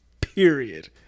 Period